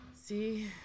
See